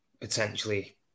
potentially